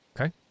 Okay